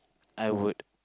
I would